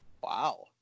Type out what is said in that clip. Wow